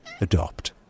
Adopt